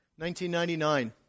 1999